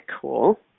cool